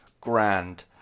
grand